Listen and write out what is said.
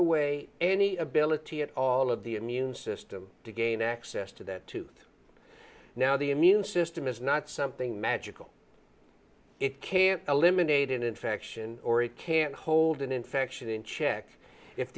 away any ability at all of the immune system to gain access to that tooth now the immune system is not something magical it can't eliminate infection or it can hold an infection in check if